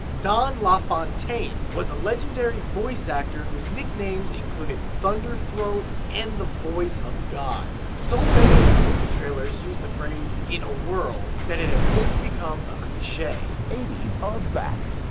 don la fontaine was a legendary voice actor whose nicknames included thunder throat and the voice of god. so many of his movie trailers used the phrase in a world that it has since become a cliche. eighty s are back,